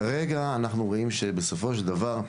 כרגע אנחנו רואים שבסופו של דבר,